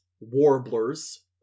Warblers